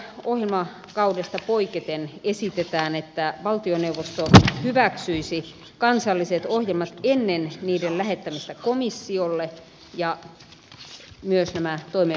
edeltävästä ohjelmakaudesta poiketen esitetään että valtioneuvosto hyväksyisi kansalliset ohjelmat ennen niiden lähettämistä komissiolle ja myös nämä toimeenpano ohjelmat